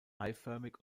eiförmig